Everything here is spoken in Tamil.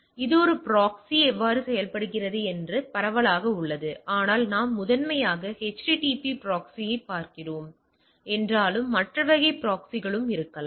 எனவே இது ஒரு ப்ராக்ஸி எவ்வாறு செயல்படுகிறது என்பது பரவலாக உள்ளது ஆனால் நாம் முதன்மையாக HTTP ப்ராக்ஸியைப் பார்க்கிறோம் என்றாலும் மற்ற வகை ப்ராக்ஸிகளும் இருக்கலாம்